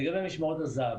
לגבי משמרות הזה"ב,